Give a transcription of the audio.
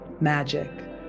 magic